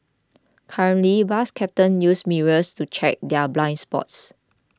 currently bus captains use mirrors to check their blind spots